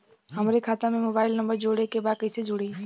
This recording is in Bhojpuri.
हमारे खाता मे मोबाइल नम्बर जोड़े के बा कैसे जुड़ी?